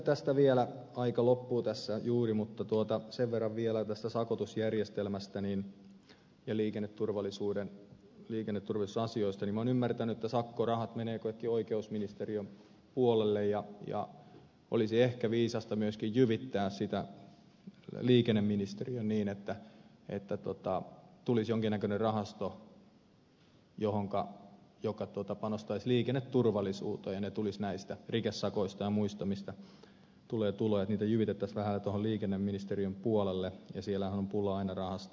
sitten vielä aika loppuu tässä juuri mutta tuota sen verran vielä tästä sakotusjärjestelmästä ja liikenneturvallisuusasioista sen verran että minä olen ymmärtänyt että sakkorahat menevät kaikki oikeusministeriön puolelle ja olisi ehkä viisasta myöskin jyvittää sitä liikenneministeriölle niin että tulisi jonkin näköinen rahasto joka panostaisi liikenneturvallisuuteen ja ne rahat tulisivat näistä rikesakoista ja muista mistä tulee tuloja niitä jyvitettäisiin vähän tuohon liikenneministeriön puolelle ja siellähän on pulaa aina rahasta